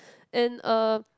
and uh